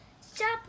Stop